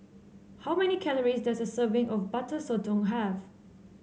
how many calories does a serving of Butter Sotong have